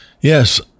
Yes